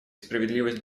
справедливость